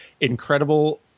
incredible